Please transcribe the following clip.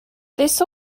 this